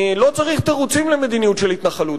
לא צריך תירוצים למדיניות של התנחלות.